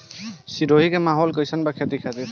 सिरोही के माहौल कईसन बा खेती खातिर?